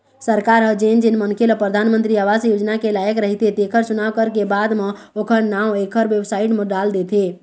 सरकार ह जेन जेन मनखे ल परधानमंतरी आवास योजना के लायक रहिथे तेखर चुनाव करके बाद म ओखर नांव एखर बेबसाइट म डाल देथे